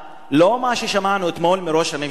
לא מה ששמענו אתמול מראש הממשלה,